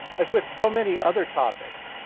as with so many other topics